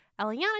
Eliana